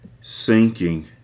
sinking